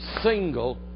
single